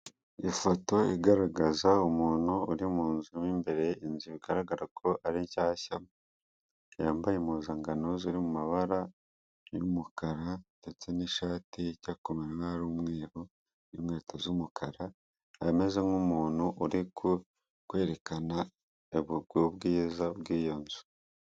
Ipoto igaragaza umuntu uri mu nzu y'imbere, inzu bigaragara ko ari shyashya yambaye impuzangano ziri mu mabara y'umukara ndetse n'ishati ijya ku n'umwe n'inkweto z'umukara aba ameze nk'umuntu uri kwerekanaga ubwiza bw'iyo nzu.